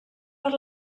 per